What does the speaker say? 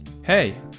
Hey